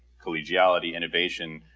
collegiality, innovation,